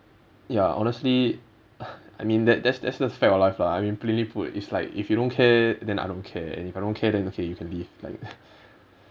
ya honestly I mean that that that's fact of life lah I mean plainly put it's like if you don't care then I don't care and if I don't care then okay you can leave like